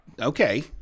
okay